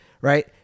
right